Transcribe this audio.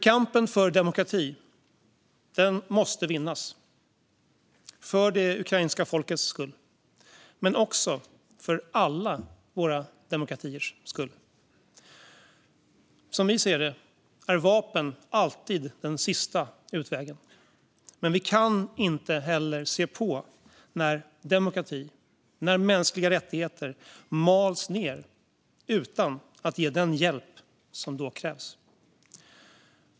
Kampen för demokrati måste vinnas för det ukrainska folket skull men också för alla våra demokratiers skull. Som vi ser det är vapen alltid den sista utvägen. Men vi kan inte heller se på när demokrati och mänskliga rättigheter mals ned utan att ge den hjälp som då krävs.